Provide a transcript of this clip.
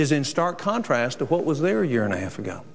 is in stark contrast to what was there a year and a half ago